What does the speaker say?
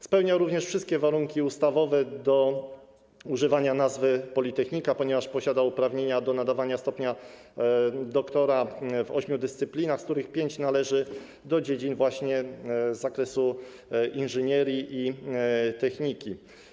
Spełnia również wszystkie warunki ustawowe do używania nazwy „politechnika”, ponieważ posiada uprawnienia do nadawania stopnia doktora w ośmiu dyscyplinach, z których pięć należy do dziedzin z zakresu inżynierii i techniki.